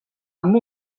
amb